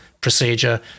procedure